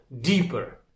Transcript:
deeper